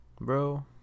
bro